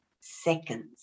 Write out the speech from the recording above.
seconds